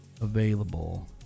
available